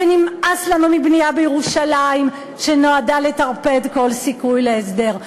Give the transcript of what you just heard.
ונמאס לנו מבנייה בירושלים שנועדה לטרפד כל סיכוי להסדר.